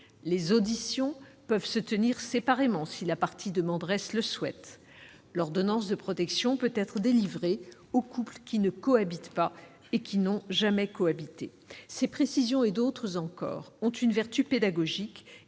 les auditions peuvent se tenir séparément si la partie demanderesse le souhaite ; l'ordonnance de protection peut être délivrée aux couples qui ne cohabitent pas et n'ont jamais cohabité. Ces précisions et d'autres encore ont une vertu pédagogique